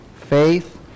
faith